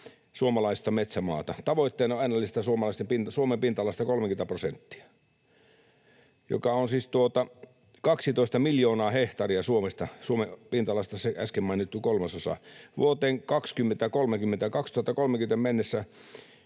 suomalaista metsämaata. Tavoitteena on ennallistaa Suomen pinta-alasta 30 prosenttia, joka on 12 miljoonaa hehtaaria Suomen pinta-alasta, se äsken mainittu kolmasosa. Vuoteen 2030 mennessä